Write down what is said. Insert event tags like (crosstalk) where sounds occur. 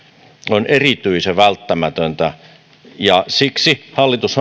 on erityisen välttämätöntä ja siksi hallitus (unintelligible)